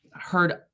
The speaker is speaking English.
heard